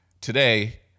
Today